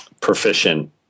proficient